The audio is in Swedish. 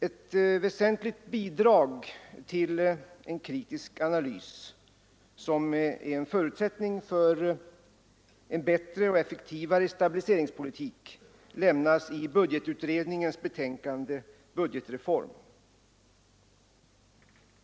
Ett väsentligt bidrag till en kritisk analys, som är en förutsättning för en bättre och effektivare stabiliseringspolitik, lämnas i budgetutredningens betänkande Budgetreform.